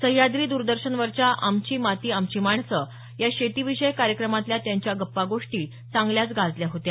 सह्याद्री दरदर्शनवरच्या आमची माती आमची माणसं या शेतीविषयक कार्यक्रमातल्या त्यांच्या गप्पा गोष्टी चांगल्याच गाजल्या होत्या